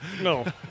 no